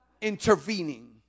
intervening